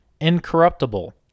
Incorruptible